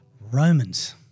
Romans